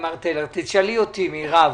תשאלי אותי, מרב.